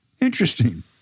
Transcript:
Interesting